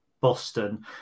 boston